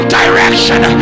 direction